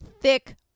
Thick